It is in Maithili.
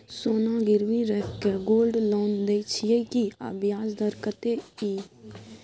सोना गिरवी रैख के गोल्ड लोन दै छियै की, आ ब्याज दर कत्ते इ?